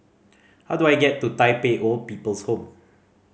how do I get to Tai Pei Old People's Home